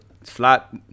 flat